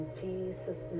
jesus